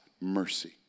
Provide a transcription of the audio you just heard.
mercy